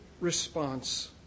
response